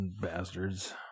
bastards